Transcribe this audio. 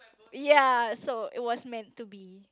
ya so it was meant to be